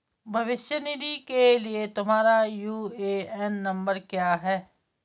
भविष्य निधि के लिए तुम्हारा यू.ए.एन नंबर क्या है?